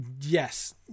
Yes